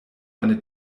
eine